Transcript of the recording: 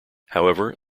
however